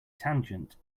tangent